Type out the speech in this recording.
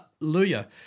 hallelujah